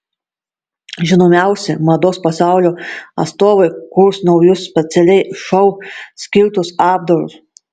žinomiausi mados pasaulio atstovai kurs naujus specialiai šou skirtus apdarus